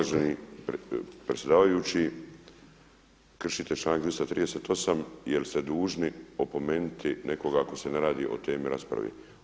Uvaženi predsjedavajući, kršite članak 238. jer ste dužni opomenuti nekoga ako se ne radi o temi rasprave.